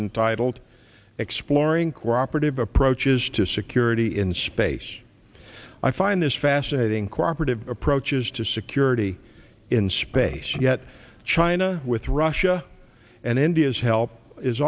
and titled exploring cooperative approaches to security in space i find this fascinating co operative approaches to security in space yet china with russia and india's help is